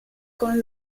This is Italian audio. con